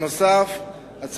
נוסף על כך,